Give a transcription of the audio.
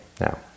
now